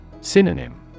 Synonym